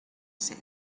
set